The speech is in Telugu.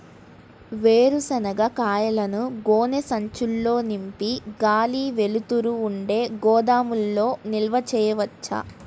వేరుశనగ కాయలను గోనె సంచుల్లో నింపి గాలి, వెలుతురు ఉండే గోదాముల్లో నిల్వ ఉంచవచ్చా?